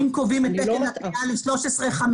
אם קובעים את תקן הכליאה ל-13,500,